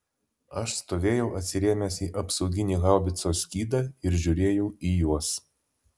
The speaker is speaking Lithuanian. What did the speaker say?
aš stovėjau atsirėmęs į apsauginį haubicos skydą ir žiūrėjau į juos